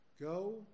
Go